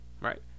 Right